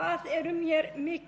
samningnum,